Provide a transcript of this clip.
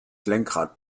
lenkrad